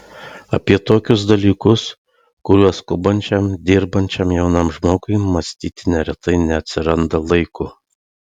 apie tokius dalykus kuriuos skubančiam dirbančiam jaunam žmogui mąstyti neretai neatsiranda laiko